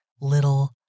little